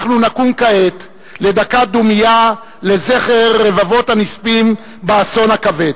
אנחנו נקום כעת לדקה דומייה לזכר רבבות הנספים באסון הכבד.